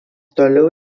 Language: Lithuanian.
toliau